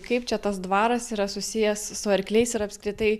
kaip čia tas dvaras yra susijęs su arkliais ir apskritai